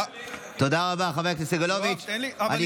אתה לא מגנה,